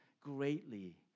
greatly